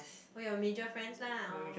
all your major friends lah oh